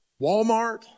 Walmart